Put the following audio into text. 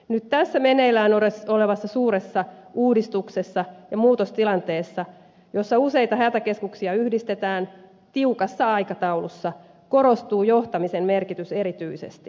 nyt tässä meneillään olevassa suuressa uudistuksessa ja muutostilanteessa jossa useita hätäkeskuksia yhdistetään tiukassa aikataulussa korostuu johtamisen merkitys erityisesti